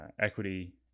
equity